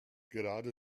gerade